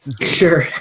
Sure